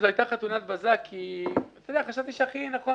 וזו הייתה חתונת בזק כי חשבתי שכך הכי נכון,